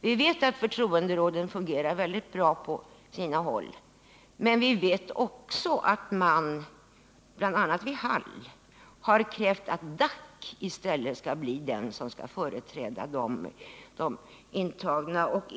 Vi vet att förtroenderåden fungerar väldigt bra på sina håll, men vi vet också att man, bl.a. vid Hall, har krävt att SAC i stället skall bli den organisation som skall företräda de intagna.